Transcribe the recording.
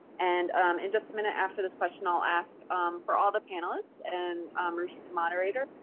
and in just a minute after this question, i'll ask for all the panelists and um ruchi, the moderator,